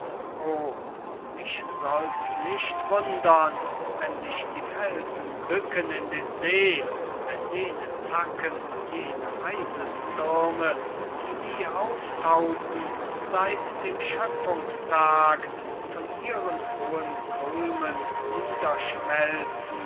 mich soll's nicht wundern wenn sich die felsen bücken in den see wenn jene zacken jene eisestürme die nie auftauten seit dem schöpfungstag von ihren hohen kulmen niederschmelzen